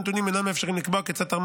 הנתונים אינם מאפשרים לקבוע כיצד תרמה